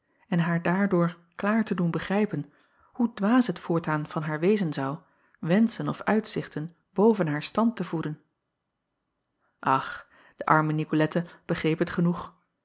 en haar daardoor klaar te doen begrijpen hoe dwaas het voortaan van haar wezen zou wenschen of uitzichten boven haar stand te voeden ch de arme icolette begreep het genoeg